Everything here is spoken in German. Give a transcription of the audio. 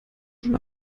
schon